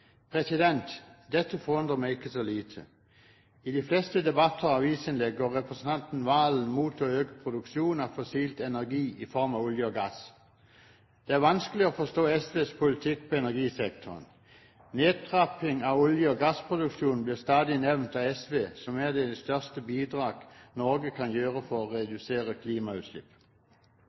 meg ikke så lite. I de fleste debatter og avisinnlegg går representanten Serigstad Valen imot å øke produksjonen av fossil energi i form av olje og gass. Det er vanskelig å forstå SVs politikk på energisektoren. Nedtrapping av olje- og gassproduksjonen blir av SV stadig nevnt som et av de største bidragene Norge kan gi for å redusere